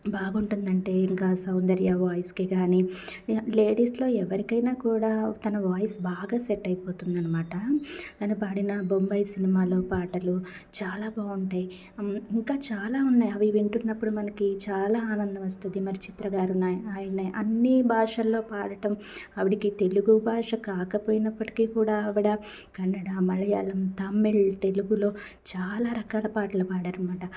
బాగుంటుంది అంటే ఇంకా సౌందర్య వాయిస్కి కానీ లేడీస్లో ఎవరికైనా కూడా తన వాయిస్ బాగా సెట్ అయిపోతుంది అనమాట తను పాడిన బొంబాయి సినిమాలో పాటలు చాలా బాగుంటాయి ఇంకా చాలా ఉన్నాయి అవి వింటున్నప్పుడు మనకి చాలా ఆనందం వస్తుంది మన చిత్ర గారు అన్ని భాషల్లో పాడటం ఆవిడకి తెలుగు భాష కాకపోయినప్పటికీ కూడా ఆవిడ కన్నడ మలయాళం తమిళ్ తెలుగులో చాలా రకాల పాటలు పాడారు అనమాట